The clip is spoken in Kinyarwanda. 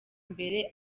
imbere